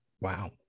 wow